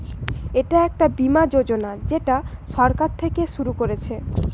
এটা একটা বীমা যোজনা যেটা সরকার থিকে শুরু করছে